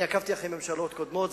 אני עקבתי אחרי ממשלות קודמות,